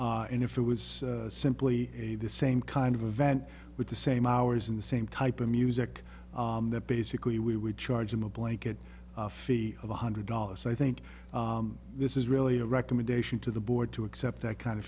and if it was simply a the same kind of event with the same hours in the same type of music that basically we would charge them a blanket fee of one hundred dollars i think this is really a recommendation to the board to accept that kind of